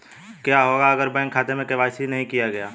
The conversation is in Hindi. क्या होगा अगर बैंक खाते में के.वाई.सी नहीं किया गया है?